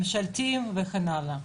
גורמים ממשלתיים וכן הלאה: